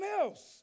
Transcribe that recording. else